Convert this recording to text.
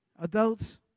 Adults